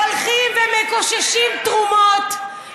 הם הולכים ומקוששים תרומות, תחשפי את האמת.